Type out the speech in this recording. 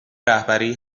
رهبری